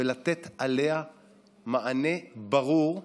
ולתת עליה מענה ברור,